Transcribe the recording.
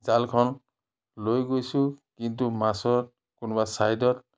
জালখন লৈ গৈছোঁ কিন্তু মাছত কোনোবা ছাইডত